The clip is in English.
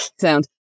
sound